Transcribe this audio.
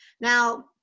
Now